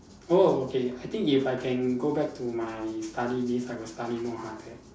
oh okay I think if I can go back to my study days I will study more harder